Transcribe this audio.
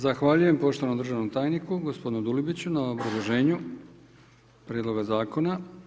Zahvaljujem poštovanom državnom tajniku gospodinu Dulibiću na obrazloženju prijedloga zakona.